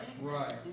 right